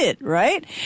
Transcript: right